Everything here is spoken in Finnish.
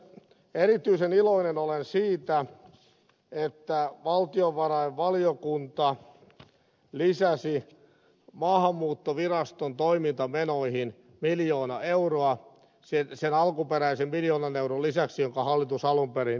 erityisen iloinen olen siitä että valtiovarainvaliokunta lisäsi maahanmuuttoviraston toimintamenoihin miljoona euroa sen alkuperäisen miljoonan euron lisäksi jonka hallitus alun perin esitti